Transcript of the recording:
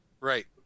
Right